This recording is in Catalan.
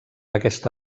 aquesta